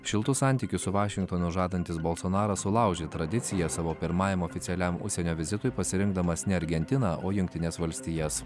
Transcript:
šiltus santykius su vašingtonu žadantis bolsonaras sulaužė tradiciją savo pirmajam oficialiam užsienio vizitui pasirinkdamas ne argentiną o jungtines valstijas